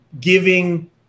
giving